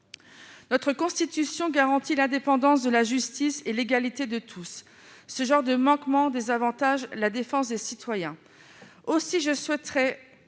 Notre Constitution garantit l'indépendance de la justice et l'égalité de tous. Ce genre de manquements désavantage la défense des citoyens. Aussi, je souhaiterais